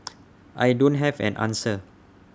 I don't have an answer